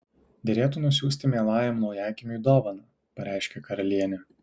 derėtų nusiųsti mielajam naujagimiui dovaną pareiškė karalienė